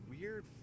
weird